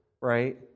right